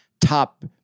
top